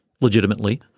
legitimately